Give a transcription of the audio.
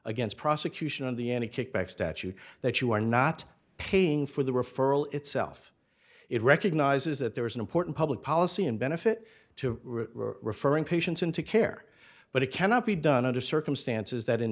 against prosecution of the any kickback statute that you are not paying for the referral itself it recognises that there is an important public policy in benefit to referring patients into care but it cannot be done under circumstances that